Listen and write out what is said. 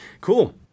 cool